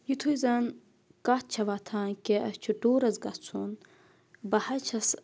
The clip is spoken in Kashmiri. یِتُھے زَن کَتھ چھِ وۄتھان کہِ اَسہِ چھُ ٹوٗرَس گَژھُن بہٕ حظ چھَس